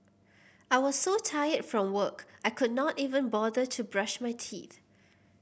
I was so tired from work I could not even bother to brush my teeth